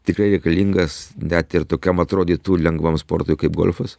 tikrai reikalingas net ir tokiam atrodytų lengvam sportui kaip golfas